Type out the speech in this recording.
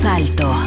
alto